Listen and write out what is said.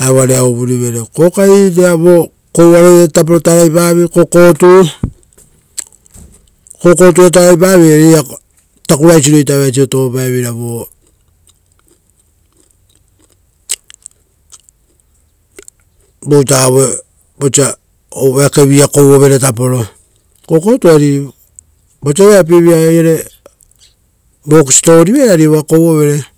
ra evoa rera uvurivere. Kokai, rea vo kovoaroia tapo taraipaviei, ora kokotu. Kokotu ia taraipaviei, a-takuraisiro evaisiro aisiroa tovopaeveira, vo ita vosa eake vi-ia kouovere tapo. Kokotu ari vosa oirare vearopievira, kesi tovo rivere eari evoa kouo vere.